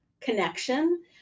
connection